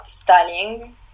styling